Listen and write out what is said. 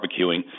barbecuing